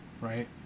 right